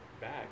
back